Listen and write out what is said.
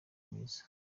mwiza